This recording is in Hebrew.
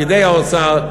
פקידי האוצר,